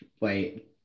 wait